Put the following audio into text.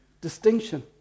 distinction